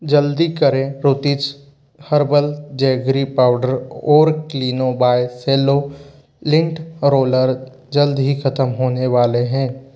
जल्दी करें Pruthi's herbal jaggery powder और Kleeno by Cello lint roller जल्द ही ख़त्म होने वाले हैं